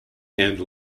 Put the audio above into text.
and